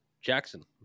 Jackson